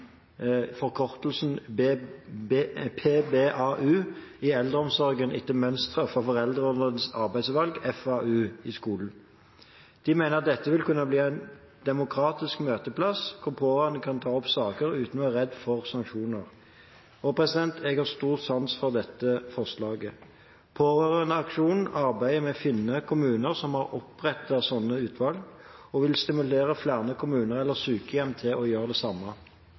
i eldreomsorgen etter mønster fra foreldrerådets arbeidsutvalg, FAU, i skolen. De mener at dette vil kunne bli en demokratisk møteplass hvor pårørende kan ta opp saker uten å være redd for sanksjoner. Jeg har stor sans for dette forslaget. Pårørendeaksjonen arbeider med å finne kommuner som har opprettet sånne utvalg, og vil stimulere flere kommuner eller sykehjem til å gjøre det samme.